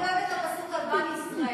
אני אוהבת את הפסוק על, ישראל.